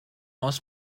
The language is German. aus